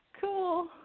cool